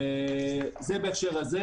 יש לכם רק זוכים גדולים, אין לכם זוכים קטנים.